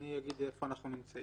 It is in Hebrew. אני אגיד איפה אנחנו נמצאים.